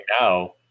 now